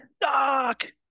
Doc